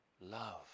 love